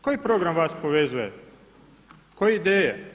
Koji program vas povezuje, koje ideje?